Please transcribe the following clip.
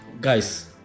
guys